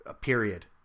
period